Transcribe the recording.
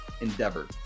endeavor